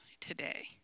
today